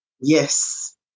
Yes